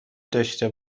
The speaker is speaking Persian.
داشته